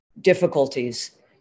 difficulties